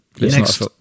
next